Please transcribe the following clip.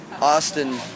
Austin